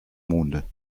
monde